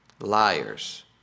Liars